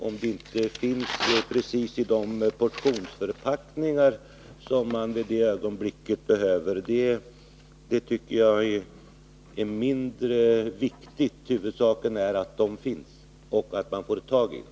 Om de inte finns precis i de portionsförpackningar som man för ögonblicket behöver är mindre viktigt. Huvudsaken är att de finns och att man får tag i dem.